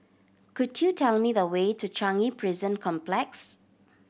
could you tell me the way to Changi Prison Complex